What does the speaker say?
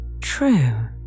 True